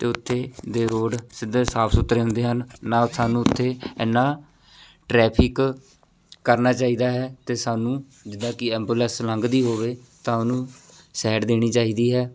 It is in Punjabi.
ਅਤੇ ਉੱਥੇ ਦੇ ਰੋਡ ਸਿੱਧੇ ਸਾਫ ਸੁਥਰੇ ਹੁੰਦੇ ਹਨ ਨਾ ਸਾਨੂੰ ਉੱਥੇ ਇੰਨਾ ਟਰੈਫਿਕ ਕਰਨਾ ਚਾਹੀਦਾ ਹੈ ਅਤੇ ਸਾਨੂੰ ਜਿੱਦਾਂ ਕਿ ਐਬੂਲੈਂਸ ਲੰਘਦੀ ਹੋਵੇ ਤਾਂ ਉਹਨੂੰ ਸੈਡ ਦੇਣੀ ਚਾਹੀਦੀ ਹੈ